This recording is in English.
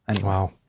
Wow